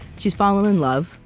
she's fallen in love,